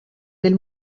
del